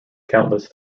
countless